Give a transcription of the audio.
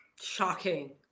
shocking